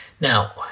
Now